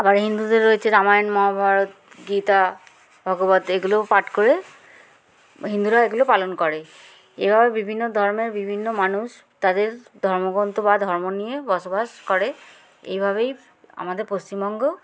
আবার হিন্দুদের রয়েছে রামায়ণ মহাভারত গীতা ভগবত এগুলোও পাঠ করে হিন্দুরা এগুলো পালন করে এভাবে বিভিন্ন ধর্মের বিভিন্ন মানুষ তাদের ধর্মগ্রন্থ বা ধর্ম নিয়ে বসবাস করে এইভাবেই আমাদের পশ্চিমবঙ্গ